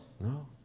No